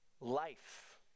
Life